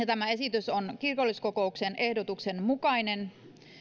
tämä esitys on kirkolliskokouksen ehdotuksen mukainen